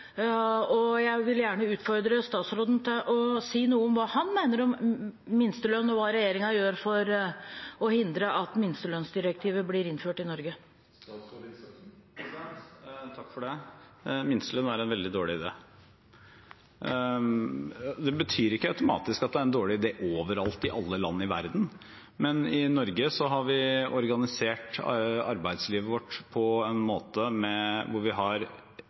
og hva regjeringen gjør for å hindre at minstelønnsdirektivet blir innført i Norge. Minstelønn er en veldig dårlig idé. Det betyr ikke automatisk at det er en dårlig idé overalt, i alle land i verden. Men i Norge har vi organisert arbeidslivet vårt slik at vi har høy organisasjonsgrad. Det betyr at partene forhandler. Så har vi også den mekanismen at der vi mener det er behov for en lovfestet minstelønn fordi vi ser at det har